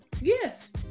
Yes